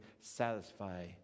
satisfy